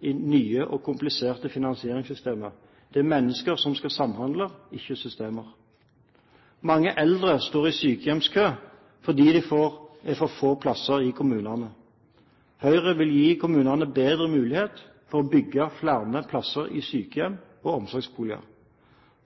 i nye og kompliserte finansieringssystemer. Det er mennesker som skal samhandle, ikke systemer. Mange eldre står i sykehjemskø fordi det er for få plasser i kommunene. Høyre vil gi kommunene bedre mulighet til å bygge flere plasser i sykehjem og omsorgsboliger.